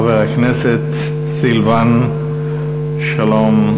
חבר הכנסת סילבן שלום,